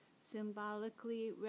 symbolically